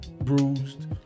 bruised